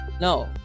no